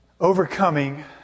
overcoming